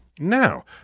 now